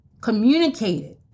communicated